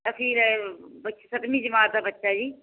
ਅਸੀਂ ਰਹਿ ਬੱ ਸੱਤਵੀਂ ਜਮਾਤ ਦਾ ਬੱਚਾ ਜੀ